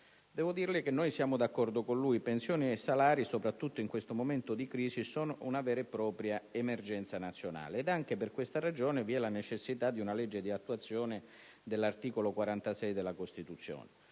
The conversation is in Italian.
Devo dirle che noi siamo d'accordo con lui: pensioni e salari, soprattutto in questo momento di crisi, sono una vera e propria emergenza nazionale. Anche per questa ragione, vi è la necessità di una legge di attuazione dell'articolo 46 della Costituzione,